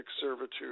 servitude